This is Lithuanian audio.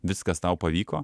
viskas tau pavyko